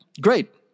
great